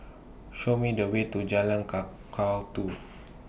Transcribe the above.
Show Me The Way to Jalan Kakatua